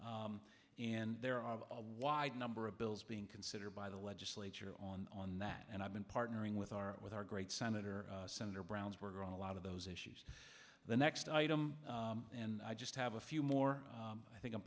court and there are a wide number of bills being considered by the legislature on that and i've been partnering with our with our great senator senator brown's were on a lot of those issues the next item and i just have a few more i think i'm